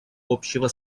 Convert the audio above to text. общего